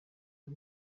y’u